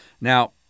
Now